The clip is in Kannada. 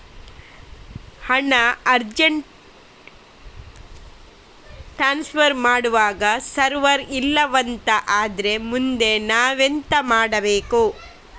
ಹಣ ಅರ್ಜೆಂಟ್ ಟ್ರಾನ್ಸ್ಫರ್ ಮಾಡ್ವಾಗ ಸರ್ವರ್ ಇಲ್ಲಾಂತ ಆದ್ರೆ ಮುಂದೆ ನಾವೆಂತ ಮಾಡ್ಬೇಕು?